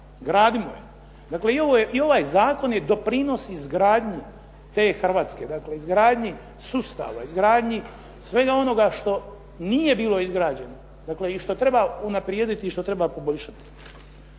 gradimo je. Dakle i ovaj zakon je doprinos izgradnji te Hrvatske, dakle izgradnji sustava, izgradnji svega onoga što nije bilo izgrađeno, dakle i što treba unaprijediti i što treba poboljšati.